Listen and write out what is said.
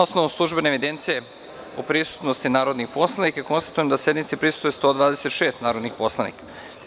osnovu službene evidencije o prisutnosti narodnih poslanika, konstatujem da sednici prisustvuje 126 narodnih poslanika.